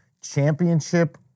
championship